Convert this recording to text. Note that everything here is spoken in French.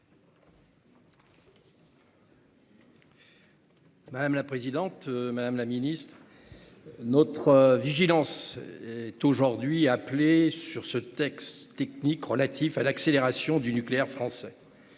Madame la présidente, madame la ministre, mes chers collègues, notre vigilance est aujourd'hui appelée sur ce texte technique relatif à l'accélération du nucléaire français.